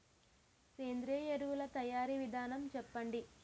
సేంద్రీయ ఎరువుల తయారీ విధానం చెప్పండి?